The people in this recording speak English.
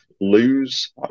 lose